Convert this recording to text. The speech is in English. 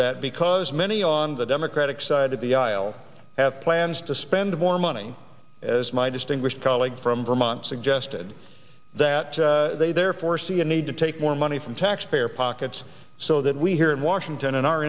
that because many on the democratic side of the aisle have plans to spend more money as my distinguished colleague from vermont suggested that they therefore see a need to take more money from taxpayer pockets so that we here in washington in our